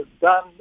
done